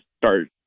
start